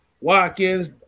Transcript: Watkins